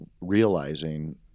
realizing